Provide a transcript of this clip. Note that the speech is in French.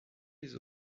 les